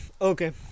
Okay